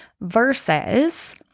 versus